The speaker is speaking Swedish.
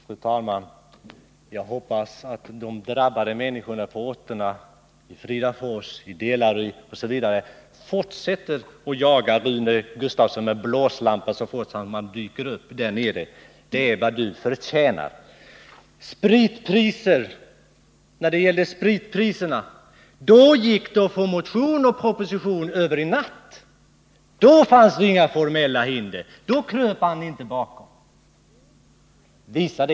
Fru talman! Jag hoppas att de drabbade människorna på orterna Fridafors, Delary osv. fortsätter att jaga Rune Gustavsson med blåslampa så fort han dyker upp därnere! Det är vad Rune Gustavsson förtjänar. Nr 54 När det gäller spritpriserna gick det dock bra att få fram både proposition och motion över en natt. Då fanns det inga formella hinder; då kröp man inte 17 december 1979 bakom några bestämmelser.